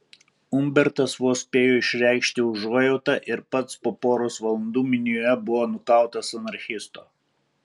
umbertas vos spėjo išreikšti užuojautą ir pats po poros valandų minioje buvo nukautas anarchisto